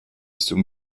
zuen